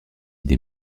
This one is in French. des